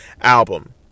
album